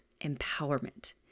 empowerment